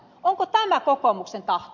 onko tämä kokoomuksen tahto